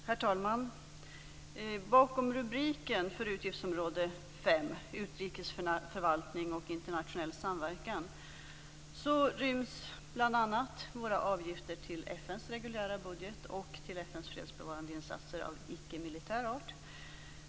Herr talman! Bakom rubriken för utgiftsområde 5, Utrikesförvaltning och internationell samverkan, ryms bl.a. våra avgifter till FN:s reguljära budget och till FN:s fredsbevarande insatser av icke-militär art.